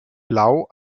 blau